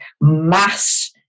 mass